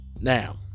Now